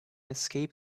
escape